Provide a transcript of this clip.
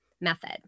method